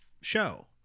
show